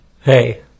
Hey